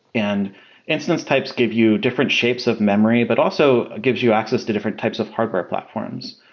and instance types give you different shapes of memory, but also gives you access to different types of hardware platforms.